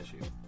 issue